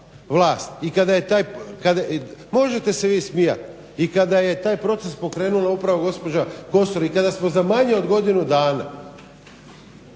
Možete se vi smijati. I kada je taj proces pokrenula upravo gospođa Kosor i kada smo za manje od godinu dana